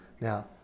Now